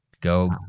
Go